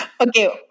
okay